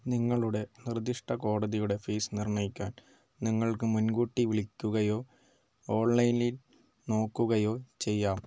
നിങ്ങളുടെ നിർദ്ദിഷ്ട കോടതിയുടെ ഫീസ് നിർണ്ണയിക്കാൻ നിങ്ങൾക്ക് മുൻകൂട്ടി വിളിക്കുകയോ ഓൺലൈനിൽ നോക്കുകയോ ചെയ്യാം